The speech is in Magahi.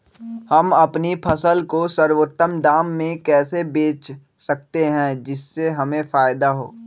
हम अपनी फसल को सर्वोत्तम दाम में कैसे बेच सकते हैं जिससे हमें फायदा हो?